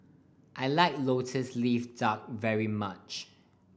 I like Lotus Leaf Duck very much